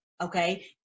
okay